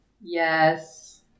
Yes